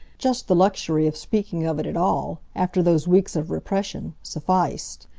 just the luxury of speaking of it at all, after those weeks of repression, sufficed.